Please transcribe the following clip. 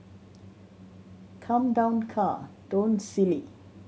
come down car don't silly